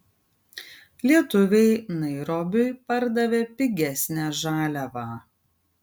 lietuviai nairobiui pardavė pigesnę žaliavą